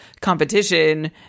competition